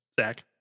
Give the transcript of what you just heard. Zach